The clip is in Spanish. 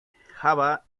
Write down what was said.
java